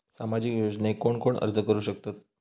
सामाजिक योजनेक कोण कोण अर्ज करू शकतत?